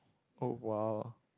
oh !wow!